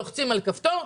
לוחצים על כפתור,